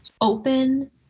open